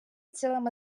цілими